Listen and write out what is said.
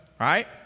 right